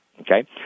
Okay